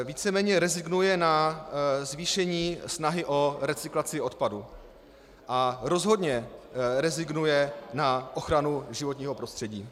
Víceméně rezignuje na zvýšení snahy o recyklaci odpadu a rozhodně rezignuje na ochranu životního prostředí.